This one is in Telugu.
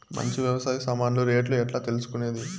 మంచి వ్యవసాయ సామాన్లు రేట్లు ఎట్లా తెలుసుకునేది?